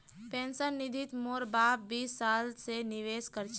pension निधित मोर बाप बीस साल स निवेश कर छ